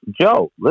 Joe